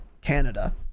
Canada